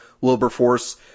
Wilberforce